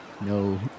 No